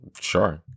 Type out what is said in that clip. Sure